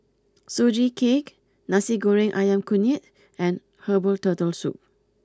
Sugee Cake Nasi Goreng Ayam Kunyit and Herbal Turtle Soup